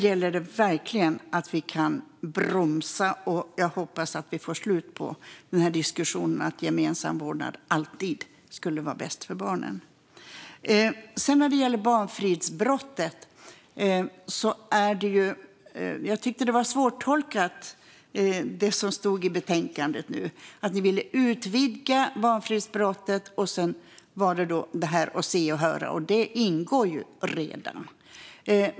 Jag hoppas verkligen att vi kan bromsa detta och att vi får slut på diskussionen om att gemensam vårdnad alltid är bäst för barnen. Jag tyckte att det som stod i betänkandet om barnfridsbrottet var svårtolkat. Ni ville utvidga barnfridsbrottet inklusive det här med att se och höra. Det ingår ju redan.